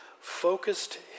focused